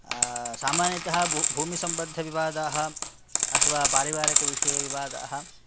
सामन्यतया भू भूमिसम्बद्धविवादाः अथवा पारिवारिकविषये विवादाः